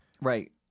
Right